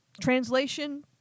Translation